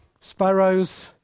sparrows